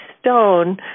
stone